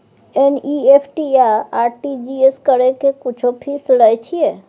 NEFT आ RTGS करै के कुछो फीसो लय छियै?